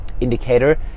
indicator